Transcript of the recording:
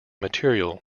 material